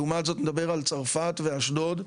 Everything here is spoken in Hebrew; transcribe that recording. לעומת זאת נדבר על צרפת ואשדוד,